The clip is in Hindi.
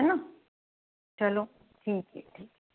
है ना चलो ठीक है ठीक है